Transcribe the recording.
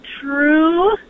true